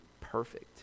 perfect